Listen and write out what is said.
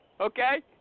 Okay